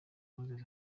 moses